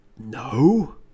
No